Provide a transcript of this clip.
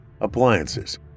appliances